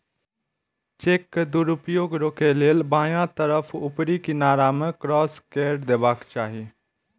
cheque के दुरुपयोग रोकै लेल बायां तरफ ऊपरी किनारा मे क्रास कैर देबाक चाही